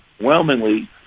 overwhelmingly